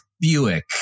Buick